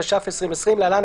התש"ף-2020 (להלן,